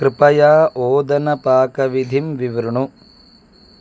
कृपया ओदनपाकविधिं विवृणु